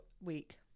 week